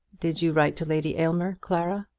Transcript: did you write to lady aylmer, clara?